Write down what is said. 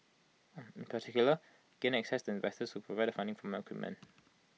in particular gained access to investors who provided funding for more equipment